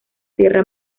tierra